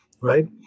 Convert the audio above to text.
Right